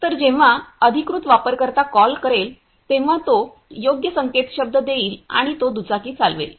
तर जेव्हा अधिकृत वापरकर्ता कॉल करेल तेव्हा तो योग्य संकेतशब्द देईल आणि तो दुचाकी चालवेल